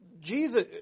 Jesus